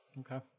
Okay